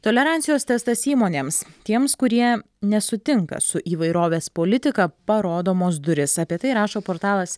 tolerancijos testas įmonėms tiems kurie nesutinka su įvairovės politika parodomos durys apie tai rašo portalas